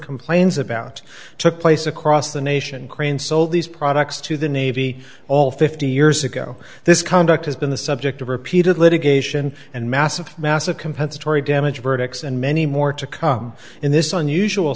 complains about took place across the nation crane sold these products to the navy all fifty years ago this conduct has been the subject of repeated litigation and massive massive compensatory damages verdicts and many more to come in this unusual